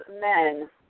men